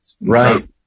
Right